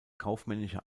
kaufmännischer